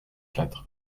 quatre